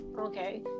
Okay